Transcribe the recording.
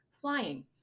flying